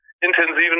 intensiven